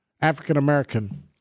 African-American